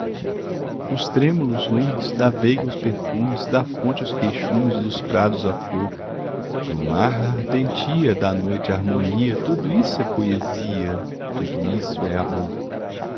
os trêmulos lumes da veiga os perfumes da fonte os queixumes dos prados a flor do mar a ardentia da noite a harmonia tudo isso é poesia tudo isso é amor